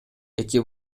эки